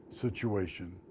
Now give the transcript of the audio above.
situation